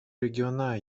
региона